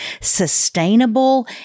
sustainable